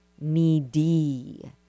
needy